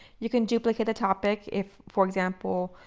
you can duplicate the topic if, for example,